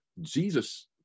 jesus